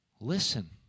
Listen